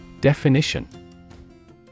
Definition